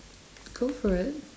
go for it